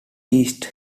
east